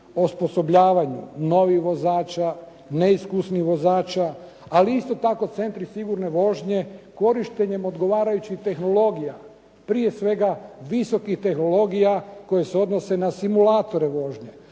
osposobljavanju novih vozača, neiskusnih vozača ali isto tako centri sigurne vožnje korištenjem odgovarajućih tehnologija, prije svega visokih tehnologija koje se odnose na simulatore vožnje,